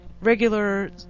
regular